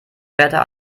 später